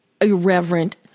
irreverent